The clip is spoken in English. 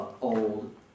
old